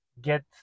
get